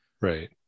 right